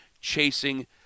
chasing